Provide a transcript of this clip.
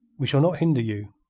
we shall not hinder you.